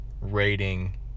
rating